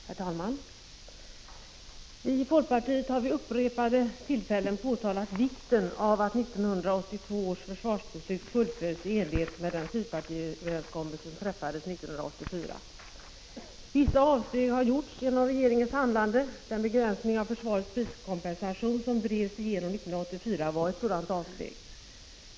Herr talman! Vi i folkpartiet har vid upprepade tillfällen framhållit vikten av att 1982 års försvarsbeslut fullföljs i enlighet med den fyrpartiöverenskommelse som träffades 1984. Vissa avsteg har gjorts genom regeringens handlande. Den begränsning av försvarets priskompensation som drevs igenom 1984 var ett sådant avsteg.